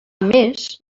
més